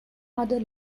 other